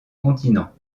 continents